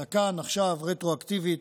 אלא כאן, עכשיו, רטרואקטיבית.